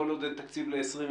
כל עוד אין תקציב ל-2020,